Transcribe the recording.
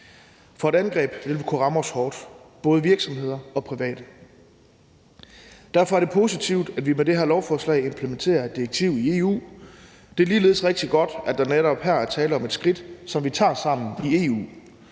for et angreb vil kunne ramme os hårdt, både virksomheder og private. Derfor er det positivt, at vi med det her lovforslag implementerer et EU-direktiv. Det er ligeledes rigtig godt, at der netop her er tale om et skridt, som vi tager sammen i EU.